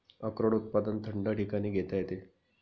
अक्रोड उत्पादन थंड ठिकाणी घेता येते